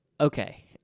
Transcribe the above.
Okay